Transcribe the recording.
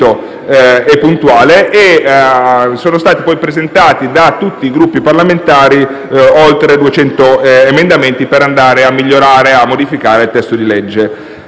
e puntuale e sono stati presentati da tutti i Gruppi parlamentari oltre 200 emendamenti per migliorare e modificare il testo di legge.